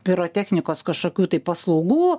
pirotechnikos kažkokių tai paslaugų